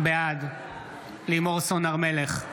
בעד לימור סון הר מלך,